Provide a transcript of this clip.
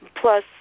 Plus